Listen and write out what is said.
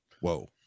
Whoa